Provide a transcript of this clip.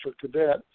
cadet